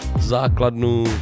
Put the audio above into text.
základnu